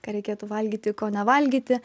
ką reikėtų valgyti ko nevalgyti